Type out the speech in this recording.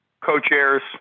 co-chairs